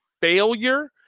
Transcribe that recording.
failure